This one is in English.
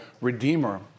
redeemer